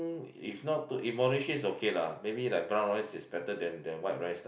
if not too if moderation is okay lah maybe like brown rice is better than than white rice lah